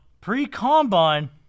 pre-combine